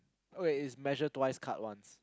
oh wait it's measure twice cut once